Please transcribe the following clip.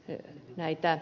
he näitä